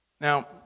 Now